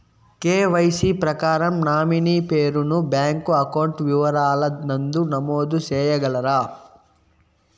KYC ప్రకారం nominee పేరు ను బ్యాంకు అకౌంట్ వివరాల నందు నమోదు సేయగలరా?